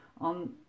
on